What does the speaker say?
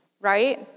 right